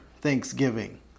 thanksgiving